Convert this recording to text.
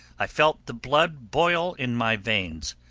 i felt the blood boil in my veins.